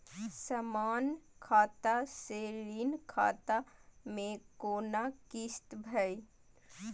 समान खाता से ऋण खाता मैं कोना किस्त भैर?